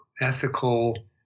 ethical